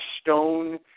stone